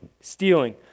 stealing